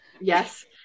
Yes